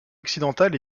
occidentale